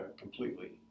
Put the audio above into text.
completely